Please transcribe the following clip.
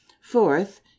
Fourth